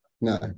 No